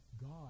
God